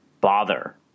bother